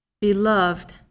Beloved